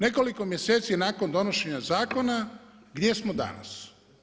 Nekoliko mjeseci nakon donošenja zakona, gdje smo danas?